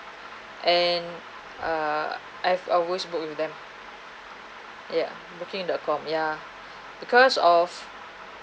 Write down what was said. and uh I've always book with them ya booking the com ya because of